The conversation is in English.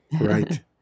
Right